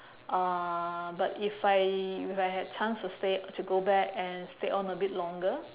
uh but if I if I had chance to stay to go back and stay on a bit longer